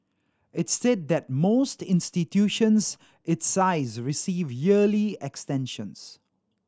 it said that most institutions its size receive yearly extensions